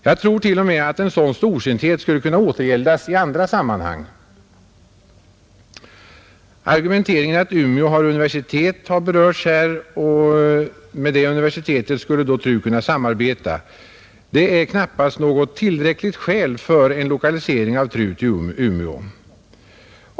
Jag tror t.o.m. att en sådan storsinthet skulle kunna återgäldas i andra sammanhang, Argumenteringen att Umeå har universitet har berörts här, och med det universitetet skulle då TRU kunna samarbeta, Det är knappast ett tillräckligt skäl för en lokalisering av TRU till Umeå.